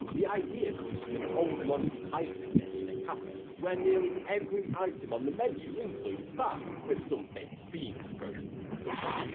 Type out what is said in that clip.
the idea comes from an old monty python sketch in a cafe, where nearly every item on the menu includes spam, with some baked beans thrown in there somewhere.